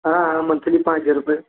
हाँ हाँ मंथली पाँच हज़ार रुपये